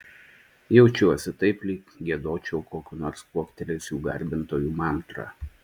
jaučiuosi taip lyg giedočiau kokių nors kuoktelėjusių garbintojų mantrą